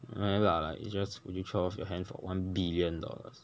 mm ya lah it's just would you chop off your hand for one billion dollars